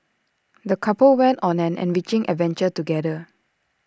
the couple went on an enriching adventure together